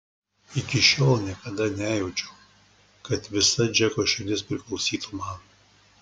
iki šiol niekada nejaučiau kad visa džeko širdis priklausytų man